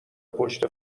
پشت